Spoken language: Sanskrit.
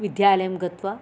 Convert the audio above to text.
विद्यालयं गत्वा